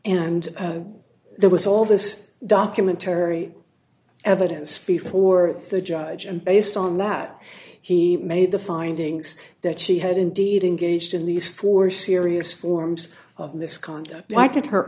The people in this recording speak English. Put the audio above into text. and there was all this documentary evidence before the judge and based on that he made the findings that she had indeed engaged in these four serious forms of misconduct like in her